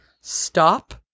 Stop